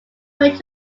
way